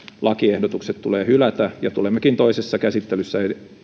lakiehdotukset tulee hylätä ja tulemmekin toisessa käsittelyssä